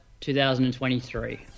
2023